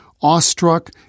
awestruck